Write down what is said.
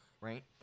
Right